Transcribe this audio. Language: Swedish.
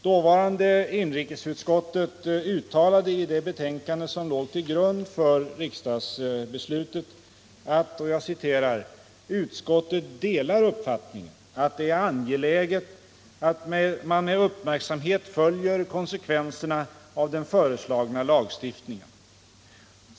Dåvarande inrikesutskottet uttalade i det betänkande som låg till grund för riksdagsbeslutet: ”Utskottet delar uppfattningen att det är angeläget att man med uppmärksamhet följer konsekvenserna av den föreslagna lagstift — Nr 33 ningen.